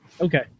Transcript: Okay